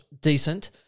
decent